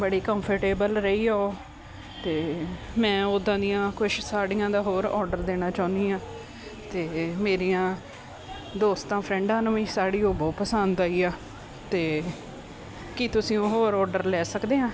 ਬੜੀ ਕੰਫਰਟੇਬਲ ਰਹੀ ਉਹ ਅਤੇ ਮੈਂ ਓਦਾਂ ਦੀਆਂ ਕੁਛ ਸਾੜੀਆਂ ਦਾ ਹੋਰ ਆਰਡਰ ਦੇਣਾ ਚਾਹੁੰਦੀ ਹਾਂ ਅਤੇ ਮੇਰੀਆਂ ਦੋਸਤਾਂ ਫਰੈਂਡਾਂ ਨੂੰ ਵੀ ਸਾੜੀ ਉਹ ਬਹੁਤ ਪਸੰਦ ਆਈ ਆ ਅਤੇ ਕੀ ਤੁਸੀਂ ਉਹ ਹੋਰ ਆਰਡਰ ਲੈ ਸਕਦੇ ਹਾਂ